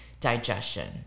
digestion